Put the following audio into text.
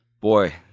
Boy